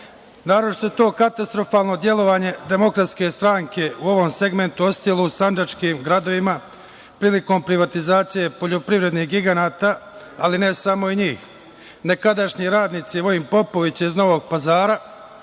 sektoru. Naročito se to katastrofalno delovanje DS u ovom segmentu osetilo u sandžačkim gradovima prilikom privatizacije poljoprivrednih giganata, ali ne samo njih. Nekadašnji radnici „Vojin Popović“ iz Novog Pazara,